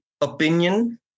opinion